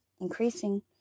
increasing